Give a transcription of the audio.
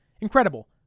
Incredible